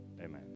Amen